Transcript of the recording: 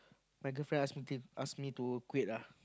my girlfriend ask me to ask me to quit ah